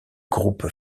groupe